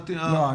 לא,